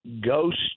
ghost